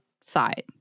side